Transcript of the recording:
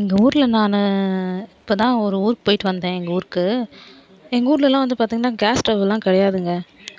எங்கள் ஊரில் நான் இப்ப தா ஒரு ஊருக்கு போயிவிட்டு வந்தேன் எங்கள் ஊருக்கு எங்கள் ஊருலலாம் வந்து பார்த்திங்கனா கேஸ் ஸ்டவ்வுலாம் கடையாதுங்க